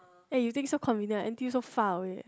eh you think so convenient ah N_T_U so far away eh